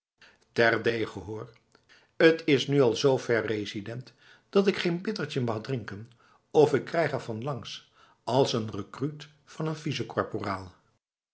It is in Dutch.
terdege hoor het is nu al zo ver resident dat ik geen bittertje mag drinken of ik krijg ervan langs als een rekruut van een